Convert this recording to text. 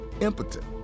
impotent